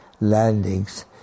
landings